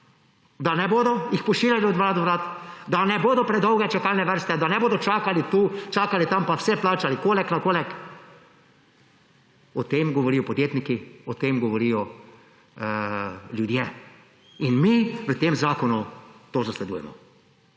jih ne bodo pošiljali od vrat do vrat. Da ne bodo predolge čakalne vrste. Da ne bodo čakali tu, čakali tam pa vse plačali kolek na kolek. O tem govorijo podjetniki, o tem govorijo ljudje. In mi v tem zakonu to zasledujemo.